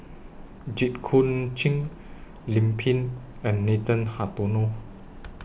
Jit Koon Ch'ng Lim Pin and Nathan Hartono